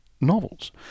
novels